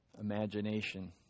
imagination